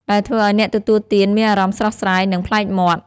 ដែលធ្វើឲ្យអ្នកទទួលទានមានអារម្មណ៍ស្រស់ស្រាយ និងប្លែកមាត់។